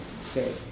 say